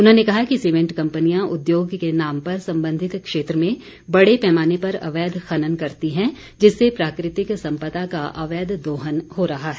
उन्होंने कहा कि सीमेंट कम्पनियां उद्योग के नाम पर संबंधित क्षेत्र में बड़े पैमाने पर अवैध खनन करती हैं जिससे प्राकृतिक संपदा का अवैध दोहन हो रहा है